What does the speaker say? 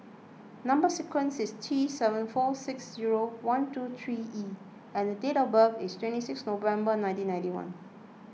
Number Sequence is T seven four six zero one two three E and date of birth is twenty six November nineteen ninety one